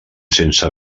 sense